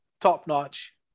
top-notch